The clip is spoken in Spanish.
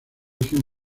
origen